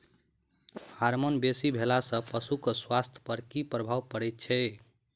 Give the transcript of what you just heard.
Hormone बेसी भेला सॅ पशुक स्वास्थ्य पर की प्रभाव पड़ैत छै?